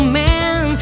man